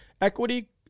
Equity